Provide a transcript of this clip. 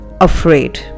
afraid